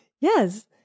Yes